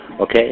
okay